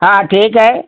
हाँ ठीक है